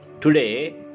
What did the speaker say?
Today